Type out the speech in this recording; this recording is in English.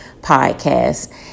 podcast